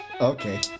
Okay